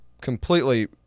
completely